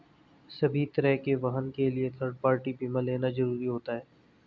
सभी तरह के वाहन के लिए थर्ड पार्टी बीमा लेना जरुरी होता है